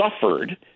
suffered